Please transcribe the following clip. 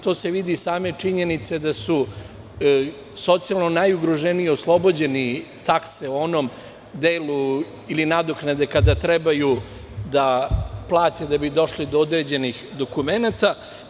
To se vidi iz same činjenice da su socijalno najugroženiji oslobođeni takse u onom delu ili nadoknade kada treba da plate da bi došli do određenih dokumenata.